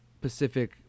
Pacific